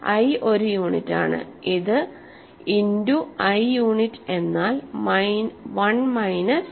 i ഒരു യൂണിറ്റാണ് ഇത് ഇന്റു i യൂണിറ്റ് എന്നാൽ 1 മൈനസ് i മൈനസ് 1